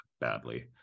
badly